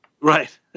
right